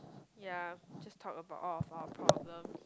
yeah just talk about all of our problem